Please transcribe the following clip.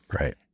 Right